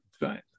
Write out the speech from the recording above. right